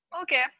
Okay